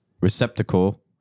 Receptacle